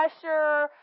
pressure